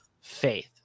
faith